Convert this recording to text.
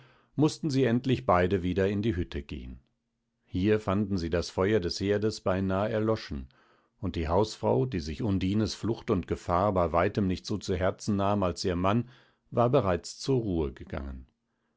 mußten sie endlich beide wieder in die hütte gehen hier fanden sie das feuer des herdes beinahe erloschen und die hausfrau die sich undines flucht und gefahr bei weitem nicht so zu herzen nahm als ihr mann war bereits zur ruhe gegangen